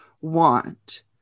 want